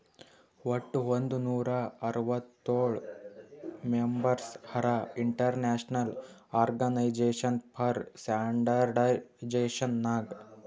ವಟ್ ಒಂದ್ ನೂರಾ ಅರ್ವತ್ತೋಳ್ ಮೆಂಬರ್ಸ್ ಹರಾ international organisation for standardisation Nag